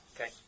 Okay